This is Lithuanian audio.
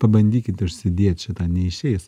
pabandykit užsidėt šitą neišeis